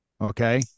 Okay